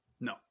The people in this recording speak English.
No